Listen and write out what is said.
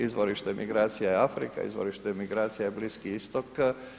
Izvorište migracija je Afrika, izvorište migracija je Bliski Istok.